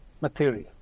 material